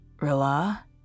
Rilla